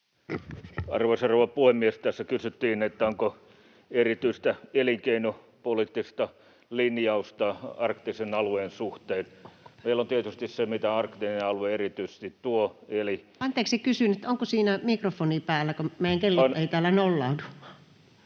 rouva puhemies! Tässä kysyttiin, onko erityistä elinkeinopoliittista linjausta arktisen alueen suhteen. Meillä on tietysti se, mitä arktinen alue erityisesti tuo, eli... No, ministeri voi olla nolla, mutta mikrofoni on päällä.